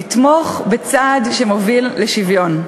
לתמוך בצעד שמוביל לשוויון.